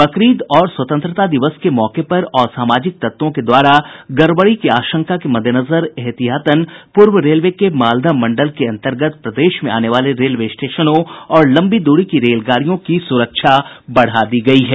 बकरीद और स्वतंत्रता दिवस के मौके पर असामाजिक तत्वों के द्वारा गड़बड़ी की आशंका के मद्देनजर एहतियातन पूर्व रेलवे के मालदह मंडल के अन्तर्गत प्रदेश में आने वाले रेलवे स्टेशनों और लंबी दूरी की रेलगाड़ियों की सुरक्षा बढ़ा दी गई है